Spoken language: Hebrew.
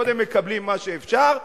קודם מקבלים מה שאפשר,